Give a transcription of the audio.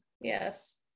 yes